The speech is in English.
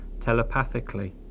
telepathically